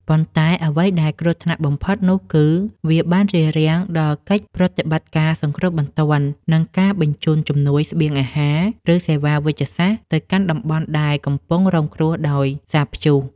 ប៉ុន្តែអ្វីដែលគ្រោះថ្នាក់បំផុតនោះគឺវាបានរារាំងដល់កិច្ចប្រតិបត្តិការសង្គ្រោះបន្ទាន់ និងការបញ្ជូនជំនួយស្បៀងអាហារ ឬសេវាវេជ្ជសាស្ត្រទៅកាន់តំបន់ដែលកំពុងរងគ្រោះដោយសារព្យុះ។